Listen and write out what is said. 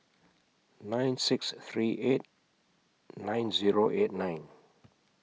nine six three eight nine Zero eight nine